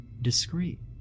discreet